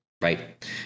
Right